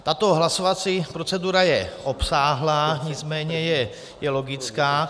Tato hlasovací procedura je obsáhlá, nicméně je logická.